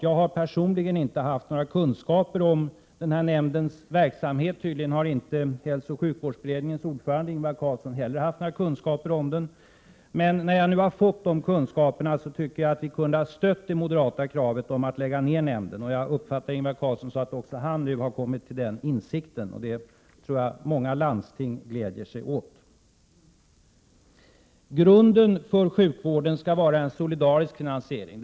Jag har personligen inte haft några kunskaper om nämndens verksamhet, och det har tydligen inte heller hälsooch sjukvårdsberedningens ordförande Ingvar Carlsson haft, men när jag nu har fått de kunskaperna tycker jag att vi kunde ha stött det moderata kravet om att lägga ner nämnden. Jag uppfattar Ingvar Carlsson så att också han nu har kommit till den insikten, och det tror jag att många landsting gläder sig åt. Grunden för sjukvården skall vara en solidarisk finansiering.